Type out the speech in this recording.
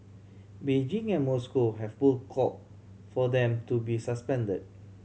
Beijing and Moscow have both called for them to be suspended